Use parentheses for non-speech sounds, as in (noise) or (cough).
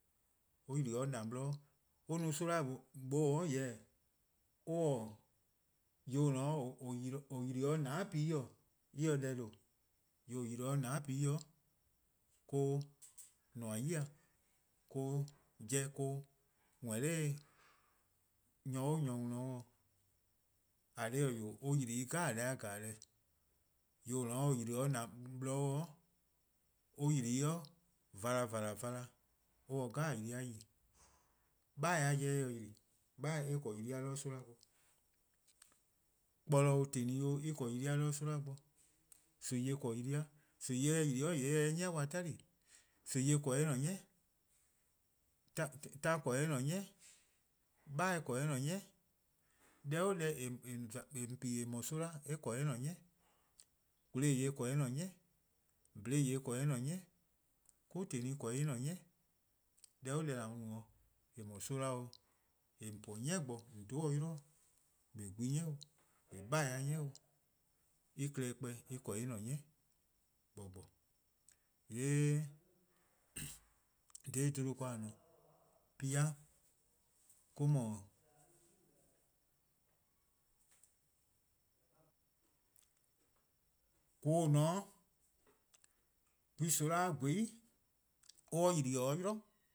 Or :yli-dih: 'o :na-bloror' ken. or no soma' 'weh mlor-' jorwor:, or mor-: 'dekorn: :yor :or :yli-dih-a 'o :nane' ken-: en :se deh :due', :yor :or :yli-dih-a 'o :nane' ken or-: :nmor 'yi-dih, or-a' 'jeh :or-: :nmor 'de nyor 'o nyor 'worn-dih. :eh :korn dhih-eh 'wee', or yli deh 'jeh-a deh 'jeh. :yor :dao' :or :yli-dih:-a :na-bloror', or yli vala :vala: vala, or se-: deh 'jeh yli, 'bheh-a' jeh eh :se-' yli, 'bheh 'ble yli-a 'de soma' bo, kpolor-: :teli 'o-: en 'ble yli-a 'de soma' bo, nimi-eh 'ble yli-a, :mor nimi-eh se yli :yee' eh se-eh 'ni-dih 'tali:, nimi 'ble eh-: 'ni, 'torn 'ble or-: 'ni, 'beheh 'ble eh-: 'ni, deh 'o deh (hesitation) :eh :on pi-a :eh no-a soma' eh 'ble eh-: 'ni. :kloo'-eh 'ble eh-: 'ni, :bhlee'-eh 'ble eh-: 'ni, 'kwi:teli 'ble eh-: 'ni, deh 'o deh :an mu-a no-' :eh mu soma 'o-', :eh :on po-a 'ni bo :on dhe-a 'o 'yli-dih, :eh 'beh gwehn-ni 'o, :eh 'beh 'beheh-a' 'ni 'o, en klehkpeh en 'ble en-: 'ni :gbor :gbor. :yee' (noise) dha 'bluhba ken :a :ne-a, pi-a, or-: 'dhu, :koo: :or :ne-a 'o, :mor 'gwehn-soma' :gweh 'i, :mor or 'yli-dih 'o 'yli,